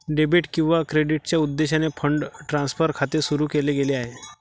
debit किंवा क्रेडिटच्या उद्देशाने फंड ट्रान्सफर खाते सुरू केले गेले आहे